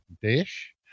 dish